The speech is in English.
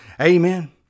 Amen